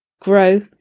grow